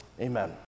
Amen